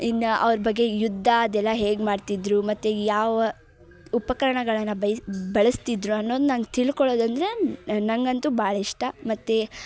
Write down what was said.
ಇನ್ನ ಅವರ ಬಗ್ಗೆ ಯುದ್ಧ ಅದೆಲ್ಲ ಹೇಗೆ ಮಾಡ್ತಿದ್ದರು ಮತ್ತು ಯಾವ ಉಪಕರಣಗಳನ್ನು ಬಯ್ಸ್ ಬಳಸ್ತಿದ್ದರು ಅನ್ನೋದು ನಾನು ತಿಲ್ಕೊಳ್ಳೋದು ಅಂದರೆ ನನಗಂತೂ ಭಾಳ ಇಷ್ಟ ಮತ್ತು